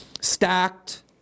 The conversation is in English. stacked